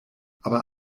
aber